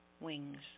wings